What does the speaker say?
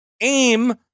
aim